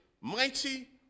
mighty